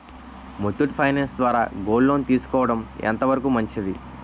Muthoot finance ద్వారా gold loan తీసుకోవడం ఎంత వరకు మంచిది?